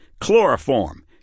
Chloroform